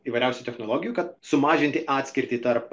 įvairiausių technologijų kad sumažinti atskirtį tarp